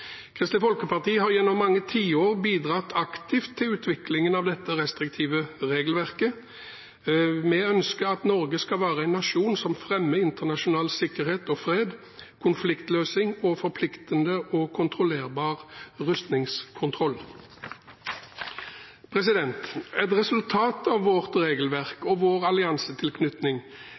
Kristelig Folkeparti har gjennom mange tiår bidratt aktivt til utviklingen av dette restriktive regelverket. Vi ønsker at Norge skal være en nasjon som fremmer internasjonal sikkerhet og fred, konfliktløsning og forpliktende og kontrollerbar rustningskontroll. Et resultat av vårt regelverk og vår alliansetilknytning